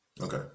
Okay